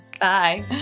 Bye